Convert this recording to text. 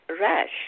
rash